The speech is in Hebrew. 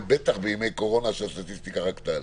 ובטח בימי קורונה כשהסטטיסטיקה רק תעלה.